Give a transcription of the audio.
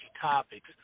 topics